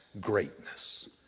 greatness